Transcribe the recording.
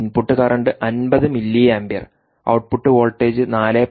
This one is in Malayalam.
input current 50 milliampere output voltage 4